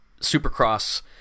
Supercross